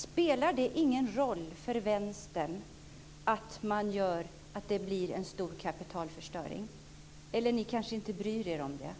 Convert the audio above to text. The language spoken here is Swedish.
Spelar det ingen roll för Vänstern att det blir en stor kapitalförstöring? Ni bryr er kanske inte om det.